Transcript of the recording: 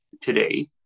today